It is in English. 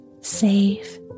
safe